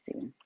see